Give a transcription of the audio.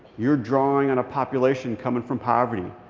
you're drawing on a population coming from poverty.